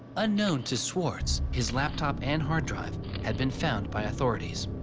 unkown to swartz his laptop and hard drive had been found by authorities